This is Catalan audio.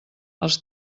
els